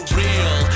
real